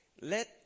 Let